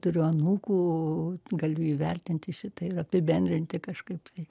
turiu anūkų galiu įvertinti šitą ir apibendrinti kažkaip tai